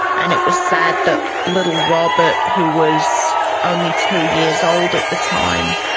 and it was sad that little robert who was only two years old at the time,